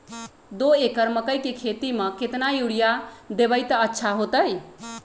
दो एकड़ मकई के खेती म केतना यूरिया देब त अच्छा होतई?